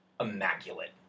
immaculate